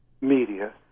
media